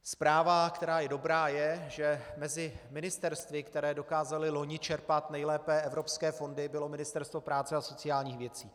Zpráva, která je dobrá, je, že mezi ministerstvy, která dokázala loni čerpat nejlépe evropské fondy, bylo Ministerstvo práce a sociálních věcí.